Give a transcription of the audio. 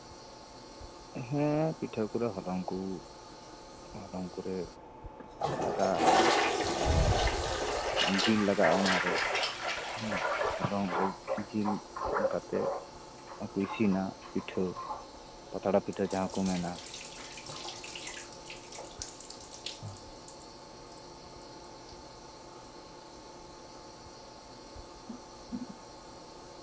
ᱦᱮᱸ ᱯᱤᱴᱷᱟᱹ ᱠᱚᱨᱮ ᱦᱚᱞᱚᱝ ᱠᱚ ᱦᱚᱞᱚᱝ ᱠᱚᱞᱮ ᱞᱟᱜᱟᱜᱼᱟ ᱟᱨ ᱡᱤᱞ ᱞᱟᱜᱟᱜᱼᱟ ᱚᱱᱟᱨᱮ ᱦᱩᱸ ᱦᱚᱞᱚᱝ ᱨᱮ ᱡᱤᱞ ᱮᱢ ᱠᱟᱛᱮ ᱚᱱᱟ ᱠᱚ ᱤᱥᱤᱱᱟ ᱯᱤᱴᱷᱟᱹ ᱯᱟᱛᱲᱟ ᱯᱤᱴᱷᱟᱹ ᱡᱟᱦᱟᱸ ᱠᱚ ᱢᱮᱱᱟ